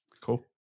Cool